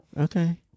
okay